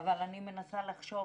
אבל אני מנסה לחשוב,